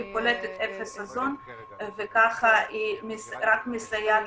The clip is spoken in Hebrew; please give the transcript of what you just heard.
היא קולטת אפס אוזון וככה היא רק מסייעת